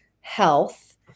health